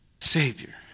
savior